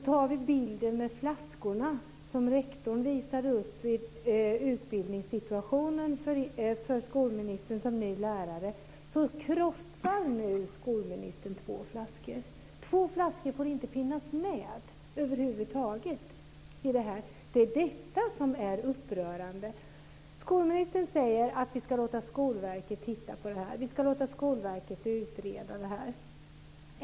Tar vi bilden med flaskorna för utbildningssituationen, som rektorn visade upp för skolministern som ny lärare, krossar nu skolministern två flaskor. Två flaskor får inte finnas med över huvud taget. Det är detta som är upprörande. Skolministern säger att vi ska låta Skolverket titta på och utreda detta.